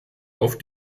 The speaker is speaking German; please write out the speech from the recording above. auf